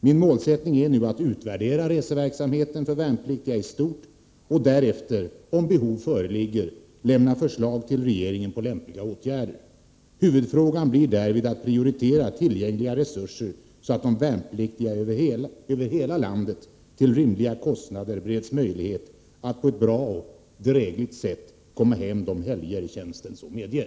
Min målsättning är nu att utvärdera reseverksamheten för värnpliktiga i stort och att därefter, om behov föreligger, lämna förslag till regeringen på lämpliga åtgärder. Huvudfrågan blir därvid att prioritera tillgängliga resurser så att de värnpliktiga över hela landet till rimliga kostnader bereds möjlighet att på ett bra och drägligt sätt komma hem de helger tjänsten så medger.